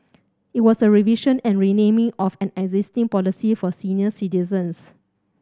it was a revision and renaming of an existing policy for senior citizens